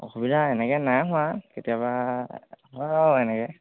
অসুবিধা এনেকৈ নাই হোৱা কেতিয়াবা হয় আৰু এনেকৈ